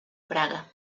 praga